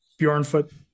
Bjornfoot